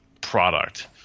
product